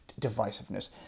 Divisiveness